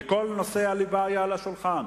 וכל נושא הליבה היה על השולחן,